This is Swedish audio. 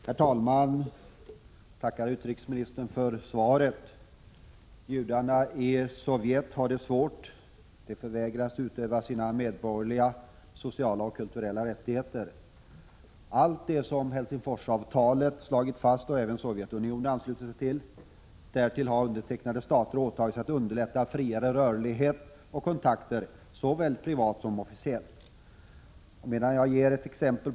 Herr talman! Jag tackar utrikesministern för svaret. Judarna i Sovjet har det svårt. De förvägras att utöva sina medborgerliga, sociala och kulturella rättigheter, vilka slagits fast i Helsingforsavtalet som även Sovjetunionen anslutit sig till. Därtill har undertecknade stater åtagit sig att underlätta friare rörlighet och kontakter såväl privat som officiellt. Låt mig ge ett dagsaktuellt exempel.